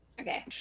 Okay